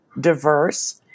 diverse